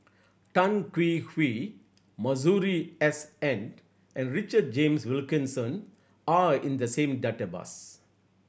Tan Hwee Hwee Masuri S N and Richard James Wilkinson are in the same database